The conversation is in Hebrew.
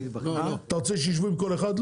אתה רוצה שישבו עם כל אחד?